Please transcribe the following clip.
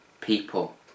people